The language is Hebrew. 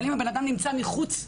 אבל אם הבן-אדם נמצא מחוץ לבית-החולים,